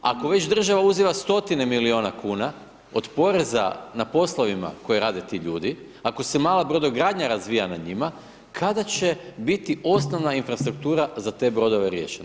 Ako već država uzima stotine milijuna kuna od poreza na poslovima koje rade ti ljudi, ako se mala brodogradnja razvija na njima, kada će biti osnovna infrastruktura, za te brodove riješena.